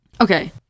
Okay